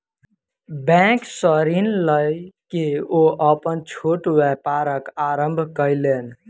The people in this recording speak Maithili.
बैंक सॅ ऋण लय के ओ अपन छोट व्यापारक आरम्भ कयलैन